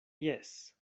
jes